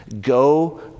Go